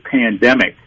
pandemic